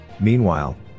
Meanwhile